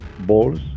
balls